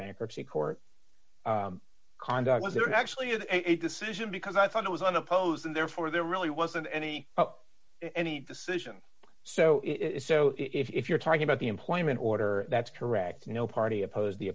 bankruptcy court conduct was there actually is a decision because i thought it was unopposed and therefore there really wasn't any any decision so it's so if you're talking about the employment order that's correct no party opposed the